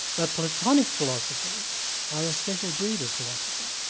but platonic philosophers are a special breed of philosopher.